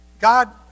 God